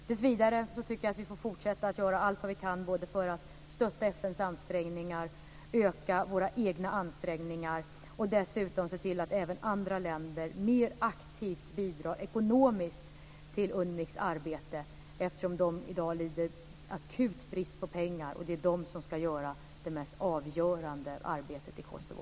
Tills vidare får vi fortsätta att göra allt vad vi kan för att stötta FN:s ansträngningar, öka våra egna ansträngningar och dessutom se till att även andra länder mer aktivt bidrar ekonomiskt till UNMIK:s arbete, eftersom man i dag lider akut brist på pengar. Och det är UNMIK som ska göra det mest avgörande arbetet i Kosovo.